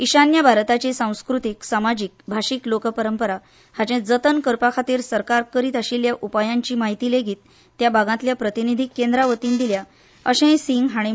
इशान्य भारताची सांस्कृतीक समाजीक भाशीक लोकपरंपरा हांचें जतन करपा खातीर सरकार करीत आशिल्ल्या उपायांची म्हायती लेगीत त्या भागांतल्या प्रतिनिधींक केंद्रावतीन दिल्या अशेंय सिंह हांणी सांगलें